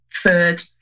third